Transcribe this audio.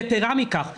יתרה מכך,